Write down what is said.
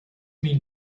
mean